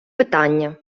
питання